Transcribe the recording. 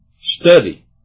Study